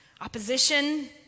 opposition